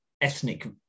ethnic